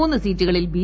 മൂന്ന് സീറ്റുകളിൽ ബി